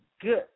good